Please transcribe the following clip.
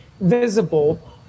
visible